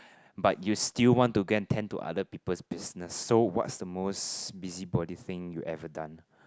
but you still want to go and tend to other people's business so what's the most busybody thing you ever done